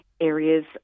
areas